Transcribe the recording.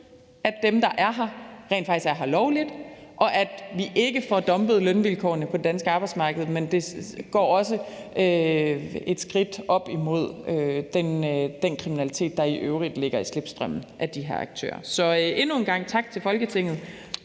at dem, der er her, rent faktisk er her lovligt, og at vi ikke får dumpet lønvilkårene på det danske arbejdsmarked, det tager også et skridt op imod den kriminalitet, der i øvrigt ligger i slipstrømmen af de her aktører. Så endnu en gang tak til Folketinget